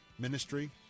ministry